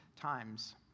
times